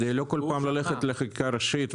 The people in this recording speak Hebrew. כדי לא ללכת בכל פעם לחקיקה ראשית.